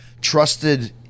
trusted